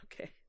okay